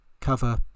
cover